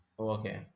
Okay